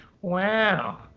Wow